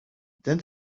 then